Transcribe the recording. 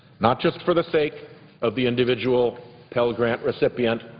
not just for the sake of the individual pell grant recipient,